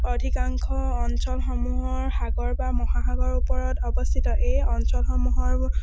অধিকাংশ অঞ্চলসমূহৰ সাগৰ বা মহাসাগৰ ওপৰত অৱস্থিত এই অঞ্চলসমূহৰ